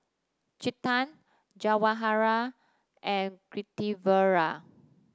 Chetan Jawaharlal and Pritiviraj